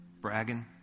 bragging